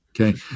Okay